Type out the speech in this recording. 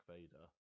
Vader